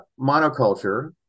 monoculture